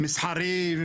מסחרי,